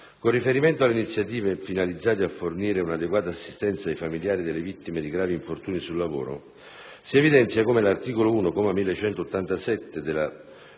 Con riferimento alle iniziative finalizzate a fornire un'adeguata assistenza ai familiari delle vittime di gravi infortuni sul lavoro, si evidenzia come l'articolo 1, comma